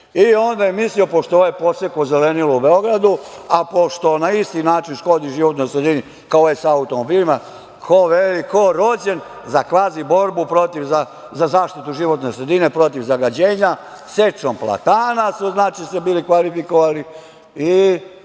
i onda je mislio pošto je ovaj posekao zelenilo u Beogradu, a pošto na isti način škodi životnoj sredini kao ovaj sa automobilima, ko veli, kao rođen za kvazi borbu za zaštitu životne sredine protiv zagađenja. Sečom platana su se bili kvalifikovali i